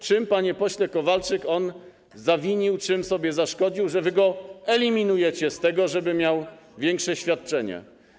Czym, panie pośle Kowalczyk, on zawinił, czym sobie zaszkodził, że wy go eliminujecie z tego, żeby miał większe świadczenie?